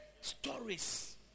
stories